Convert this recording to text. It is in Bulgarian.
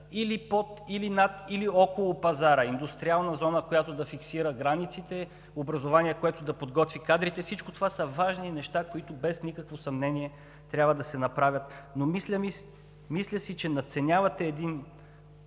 или под, или над, или около пазара. Индустриална зона, която да фиксира границите, образование, което да подготви кадрите – всичко това са важни неща, които без никакво съмнение трябва да се направят. Мисля, че надценявате един